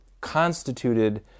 constituted